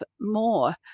more